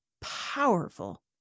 powerful